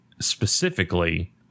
specifically